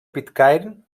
pitcairn